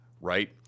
right